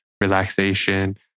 relaxation